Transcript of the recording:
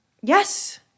Yes